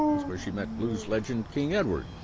that's where she met blues legend king edward,